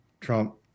Trump –